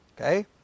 Okay